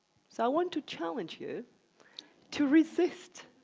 so, i want to challenge you to resist